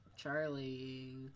Charlie